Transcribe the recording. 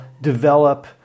develop